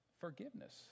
forgiveness